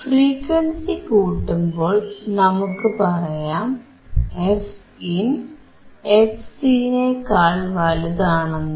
frequency കൂട്ടുമ്പോൾ നമുക്കു പറയാം fin fcനേക്കാൾ വലുതാണെന്ന്